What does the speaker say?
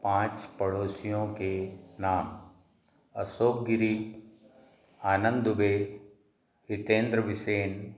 पाँच पड़ोसियों के नाम अशोक गिरी आनंद दुबे हितेन्द्र बिसेन